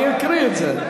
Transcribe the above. אני אקריא את זה.